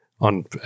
on